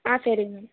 ஆ சரி மேம்